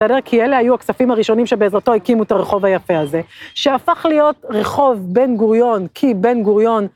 ‫בסדר? כי אלה היו הכספים הראשונים ‫שבעזרתו הקימו את הרחוב היפה הזה, ‫שהפך להיות רחוב בן גוריון, ‫כי בן גוריון...